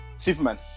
Superman